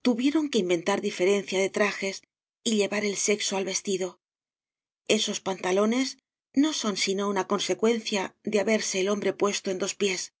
tuvieron que inventar diferencia de trajes y llevar el sexo al vestido esos pantalones no son sino una consecuencia de haberse el hombre puesto en dos pies